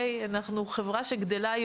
כיום אנחנו חברה שגדלה,